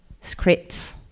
scripts